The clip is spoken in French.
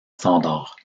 standard